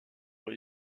ont